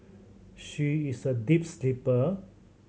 she is a deep sleeper